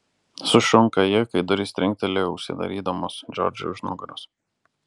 sušunka ji kai durys trinkteli užsidarydamos džordžui už nugaros